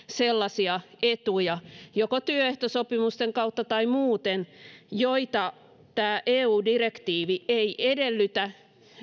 sellaisia etuja joko työehtosopimusten kautta tai muuten joita tämä eu direktiivi ei edellytä